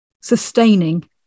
sustaining